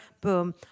Boom